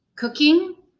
Cooking